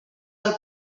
del